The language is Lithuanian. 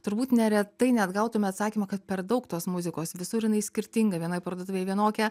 turbūt neretai net gautume atsakymą kad per daug tos muzikos visur jinai skirtinga vienoj parduotuvėj vienokia